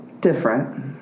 different